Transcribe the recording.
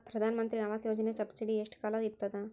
ಪ್ರಧಾನ ಮಂತ್ರಿ ಆವಾಸ್ ಯೋಜನಿ ಸಬ್ಸಿಡಿ ಎಷ್ಟ ಕಾಲ ಇರ್ತದ?